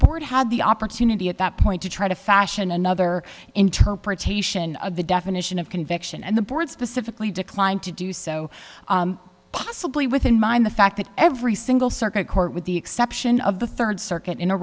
board had the opportunity at that point to try to fashion another interpretation of the definition of conviction and the board specifically declined to do so possibly with in mind the fact that every single circuit court with the exception of the third circuit in